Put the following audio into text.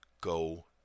go